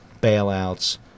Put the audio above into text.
bailouts